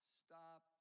stop